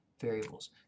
variables